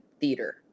theater